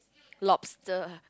lobster